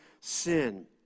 sin